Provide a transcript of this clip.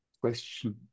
question